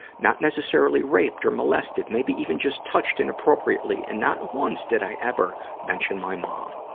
not necessarily raped or molested. maybe even just touched inappropriately, and not once did i ever mention my mom.